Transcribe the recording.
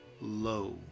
low